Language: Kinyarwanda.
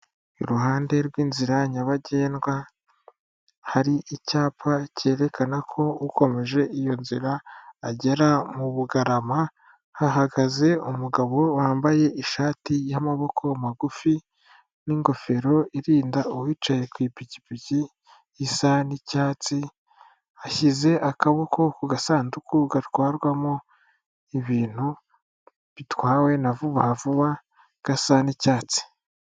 Iruhande rw'inzira nyabagendwa, hari icyapa cyerekana ko ukomeje iyo nzira agera mu Bugarama, hahagaze umugabo wambaye ishati y'amaboko magufi n'ingofero irinda uwicaye ku ipikipiki isa n'icyatsi, ashyize akaboko ku gasanduku gatwarwamo ibintu bitwawe na vuba vuba gasa n'icyatsi.